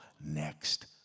next